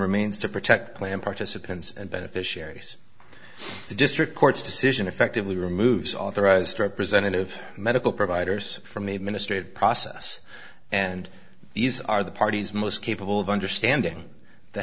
remains to protect plan participants and beneficiaries the district court's decision effectively removes authorized representative medical providers from a ministry of process and these are the parties most capable of understanding the